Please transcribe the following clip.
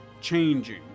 changing